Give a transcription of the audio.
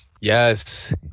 Yes